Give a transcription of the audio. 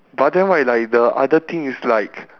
but then right like the other thing is like